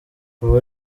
ubu